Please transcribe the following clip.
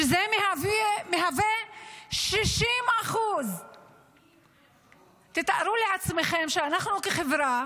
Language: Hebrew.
שזה מהווה 60%. תארו לעצמכם שאנחנו כחברה